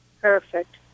Perfect